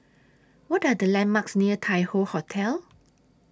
What Are The landmarks near Tai Hoe Hotel